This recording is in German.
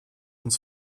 uns